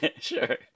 sure